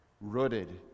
Rooted